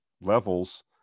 levels